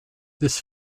this